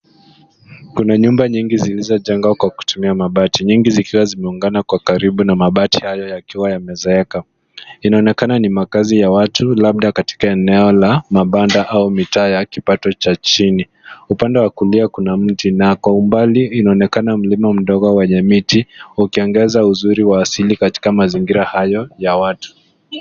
Kuna nyumba nyingi zilizojengwa kwa kutumia mabati, nyingi zikiwa zinaungana kwa Karibu na mabati hayo yakiwa yamezeeka. Inaonekana ni makaazi ya watu labda katika eneo la mañana au mitaa ya kipato cha chini. Upande was kulia kuna mti na kwa umbali inaonekana mlima mdogo wenye miti kuongeza uzuri was asili katika mazingira hayo ya watu.